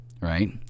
right